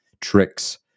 tricks